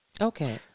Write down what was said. Okay